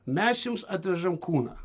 mes jums atvežam kūną